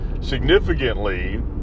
Significantly